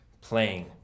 playing